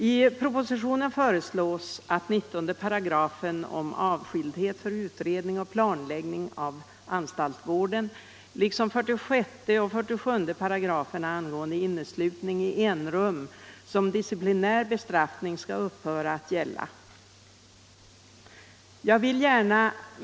I propositionen föreslås att 19 § om avskildhet i samband med utredning och planläggning av anstaltsvården samt 46 § om disciplinär bestraffning skall upphöra att gälla och att 47 § om disciplinär bestraffning skall få ändrad lydelse.